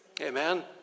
Amen